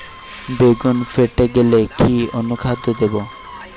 বেগুন ফেটে গেলে কি অনুখাদ্য দেবো?